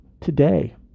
today